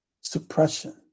suppression